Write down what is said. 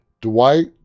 Dwight